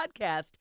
podcast